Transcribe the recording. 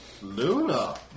Luna